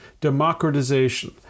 democratization